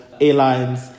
airlines